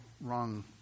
wrong